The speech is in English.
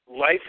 Life